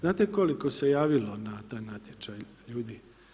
Znate koliko se javilo na taj natječaj ljudi?